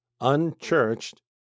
unchurched